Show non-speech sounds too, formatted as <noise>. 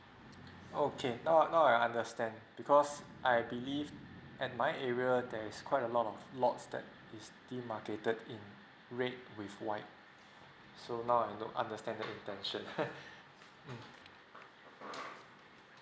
okay now now I understand because I believe at my area there's quite a lot of lots that is demarcated in red with white so now I know understand the intention <laughs> mm